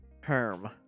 Herm